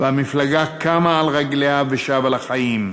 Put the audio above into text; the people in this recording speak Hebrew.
והמפלגה קמה על רגליה ושבה לחיים,